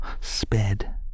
sped